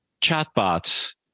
chatbots